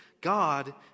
God